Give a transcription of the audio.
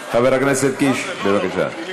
חבר הכנסת קיש, בבקשה.